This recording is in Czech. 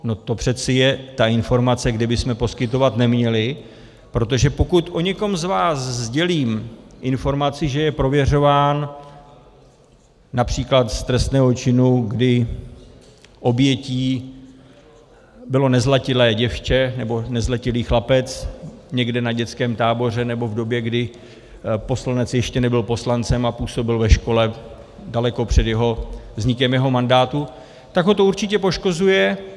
No to přeci je ta informace, kterou bychom poskytovat neměli, protože pokud o někom z vás sdělím informaci, že je prověřován například z trestného činu, kdy obětí bylo nezletilé děvče nebo nezletilý chlapec někde na dětském táboře, nebo v době, kdy poslanec ještě nebyl poslancem a působil ve škole daleko před vznikem jeho mandátu, tak ho to určitě poškozuje.